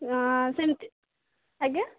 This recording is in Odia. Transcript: ସେମିତି ଆଜ୍ଞା